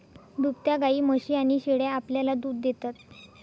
दुभत्या गायी, म्हशी आणि शेळ्या आपल्याला दूध देतात